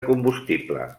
combustible